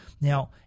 Now